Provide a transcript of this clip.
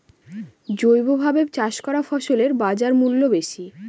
জৈবভাবে চাষ করা ফসলের বাজারমূল্য বেশি